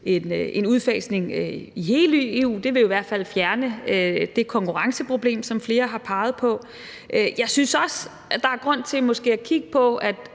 en udfasning i hele i EU. Det ville jo i hvert fald fjerne det konkurrenceproblem, som flere har peget på. Jeg synes også, at der måske er grund til at kigge på,